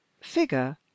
figure